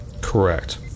Correct